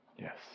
Yes